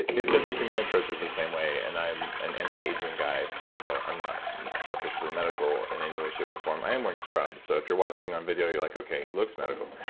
it's interesting. my approach is the same way, and i'm an anti-aging guy, even though i'm not officially medical in any way, shape or form. i am wearing scrubs, so if you're watching on video, you're like, okay, he looks medical,